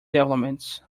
developments